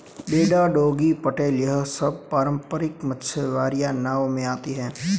बेड़ा डोंगी पटेल यह सब पारम्परिक मछियारी नाव में आती हैं